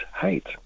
hate